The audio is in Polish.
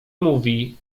mówi